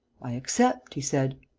i accept, he said.